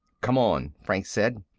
come on, franks said.